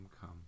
come